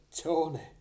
Tony